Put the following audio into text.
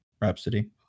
Rhapsody